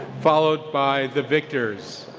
followed by the victors.